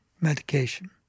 medication